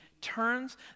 turns